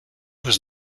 was